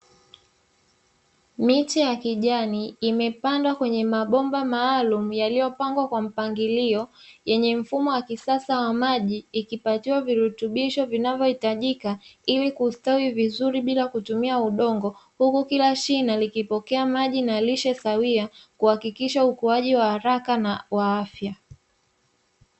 Miche ya kijani imepandwa kwenye mabomba maalum yaliopangwa kwa mpangilio yenye mfumo wa kisasa wa maji ikipatiwa virutubisho vinavyohitajika ili kustawi vizuri bila kutumia udongo huku kila shina likipokea maji na lishe sawia kuhakikisha ukuaji wa haraka na wa afya.